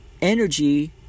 energy